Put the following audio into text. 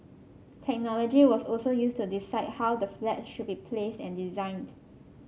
technology was also used to decide how the flats should be placed and designed